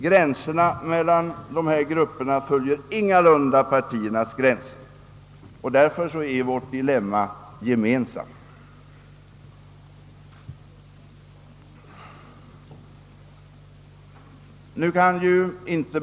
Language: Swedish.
Gränserna mellan dessa grupper följer ingalunda partiernas gränser, och därför är detta dilemma gemensamt för oss alla.